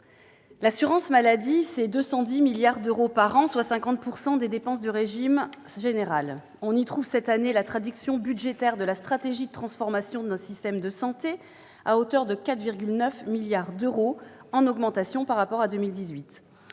L'assurance maladie, ce sont 210 milliards d'euros par an, soit 50 % des dépenses du régime général. On y trouvera l'année prochaine la traduction budgétaire de la stratégie de transformation de notre système de santé, à hauteur de 4,9 milliards d'euros, en augmentation par rapport à cette